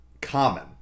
common